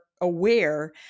aware